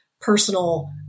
personal